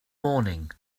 morning